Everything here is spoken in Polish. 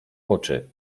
oczy